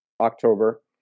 October